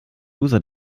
user